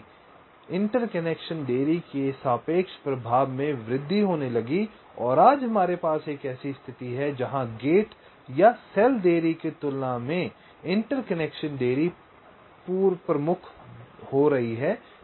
इसलिए इंटरकनेक्शन देरी के सापेक्ष प्रभाव में वृद्धि होने लगी और आज हमारे पास एक ऐसी स्थिति है जहां गेट या सेल देरी की तुलना में इंटरकनेक्शन देरी पूर्व प्रमुख हो रही है